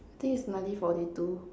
think is nineteen forty two